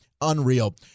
Unreal